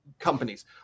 companies